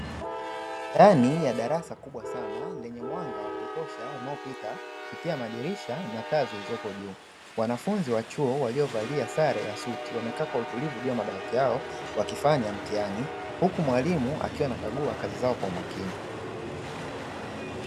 Ndani ya darasa kubwa sana lenye mwanga wa kutosha unaopita kupitia madirisha na taa zilizoko juu. Wafunzi wa chuo waliyovalia sare ya suti wamekaa kwa utulivu juu ya madawati yao wakifanya mtihani huku mwalimu akiwa anakagua kazi zao kwa umakini.